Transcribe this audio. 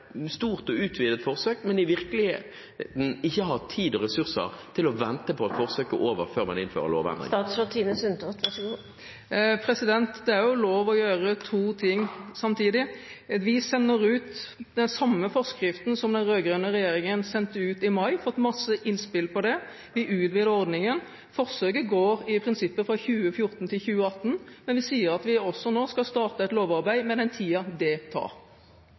stort og utvidet forsøk, men i virkeligheten ikke har tid og ressurser til å vente på at forsøket er over før man innfører loven? Det er jo lov å gjøre to ting samtidig. Vi sender ut den samme forskriften som den rød-grønne regjeringen sendte ut i mai, og har fått en masse innspill til det. Vi utvider ordningen. Forsøket går i prinsippet fra 2014 til 2018, men vi sier at vi også nå skal starte et lovarbeid, med den tiden det